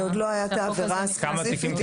כשעוד לא הייתה העבירה הספציפית.